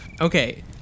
okay